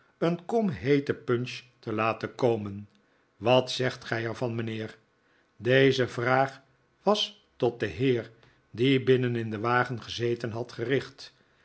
een kom heete punch te laten komen wat zegt gij er van mijnheer deze vraag was tot den heer die binnen in den wagen gezeten had gericht